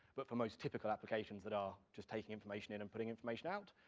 but for most typical applications that are just taking information in and putting information out,